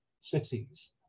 cities